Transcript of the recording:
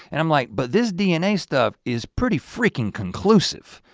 and i'm like but this dna stuff is pretty freakin' conclusive.